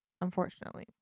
Unfortunately